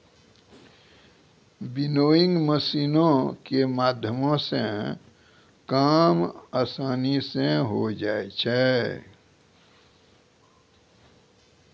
winnowing मशीनो के माध्यमो से काम असानी से होय जाय छै